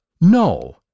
no